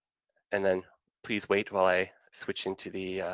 and then please wait while i switch into the,